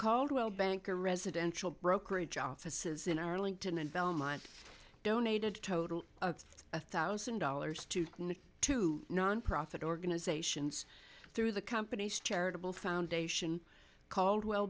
caldwell banker residential brokerage offices in arlington and belmont donated total of a thousand dollars to two nonprofit organizations through the company's charitable foundation caldwell